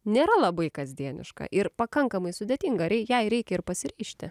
nėra labai kasdieniška ir pakankamai sudėtinga jai reikia ir pasiryžti